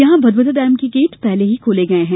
यहां भदभदा डेम के गेट पहले ही खोले गये हैं